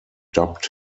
dubbed